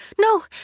No